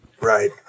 Right